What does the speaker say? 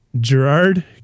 Gerard